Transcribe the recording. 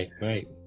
Right